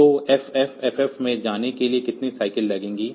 तो FFFF में जाने के लिए कितने साइकिल लगेंगे